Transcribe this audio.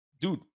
dude